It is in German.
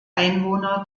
einwohner